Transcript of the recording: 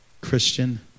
Christian